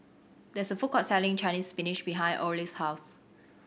there is a food court selling Chinese Spinach behind Orley's house